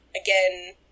again